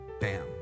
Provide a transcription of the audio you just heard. Bam